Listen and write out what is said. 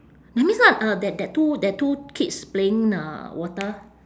that means not uh that that two that two kids playing uh water